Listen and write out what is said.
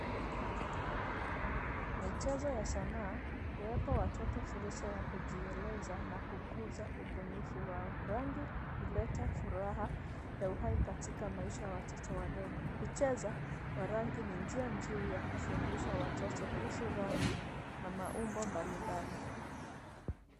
Michezo ya sanaa huwapa watoto fursa ya kujieleza na kukuza ubunifu wao. Rangi huleta furaha ya uhai katika maisha ya watoto wadogo. Kucheza na rangi ni njia nzuri ya kufundisha watoto kuhusu rangi na maumbo mbalimbali.